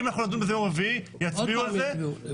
אם נדון בזה ביום רביעי, יקרה אחד משניים: